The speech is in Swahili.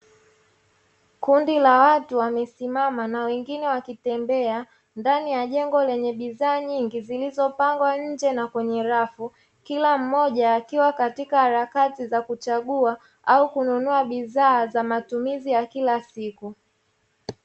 Kundi la watu wamesimama na wengine wakitembea ndani ya jengo lenye bidhaa nyingi, zilizopangwa nje na kwenye rafu kila mmoja akiwa katika harakati za kuchagua au kununua bidhaa za matumizi ya kila siku.